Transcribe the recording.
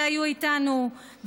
שהיו איתנו,